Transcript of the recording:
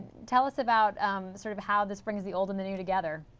tell us about sort of how this brings the old and the new together?